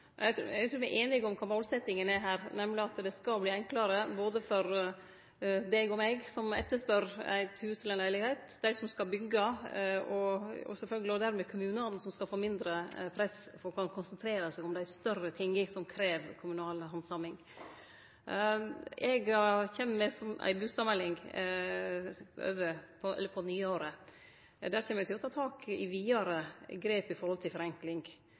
Eg takkar for det. Eg trur me har same intensjon. Eg trur me er einige om kva som er målsetjinga her, nemleg at det skal verte enklare både for deg og meg som etterspør eit hus eller ei leilegheit, for dei som skal byggje, og dermed for kommunane som får mindre press og kan konsentrere seg om dei større sakene som krev kommunal handsaming. Eg kjem med ei bustadmelding på nyåret. Der kjem eg til å ta vidare grep når det gjeld forenkling.